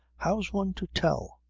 how's one to tell?